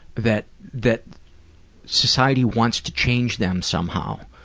that that society wants to change them somehow.